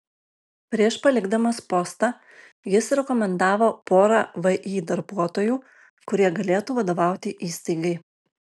prieš palikdamas postą jis rekomendavo porą vį darbuotojų kurie galėtų vadovauti įstaigai